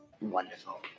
Wonderful